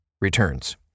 returns